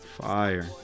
Fire